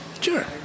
Sure